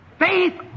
Faith